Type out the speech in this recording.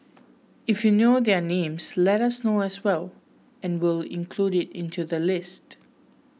if you know their names let us know as well and we'll include it into the list